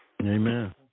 Amen